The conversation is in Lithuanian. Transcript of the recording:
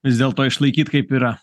vis dėlto išlaikyt kaip yra